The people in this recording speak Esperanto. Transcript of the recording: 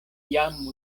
jam